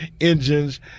engines